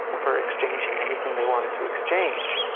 for exchanging anything they wanted to exchange.